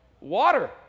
water